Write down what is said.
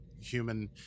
human